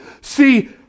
see